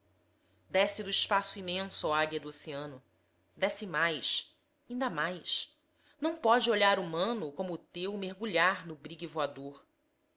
desce do espaço imenso ó águia do oceano desce mais inda mais não pode olhar humano como o teu mergulhar no brigue voador